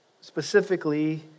specifically